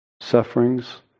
sufferings